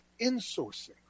insourcing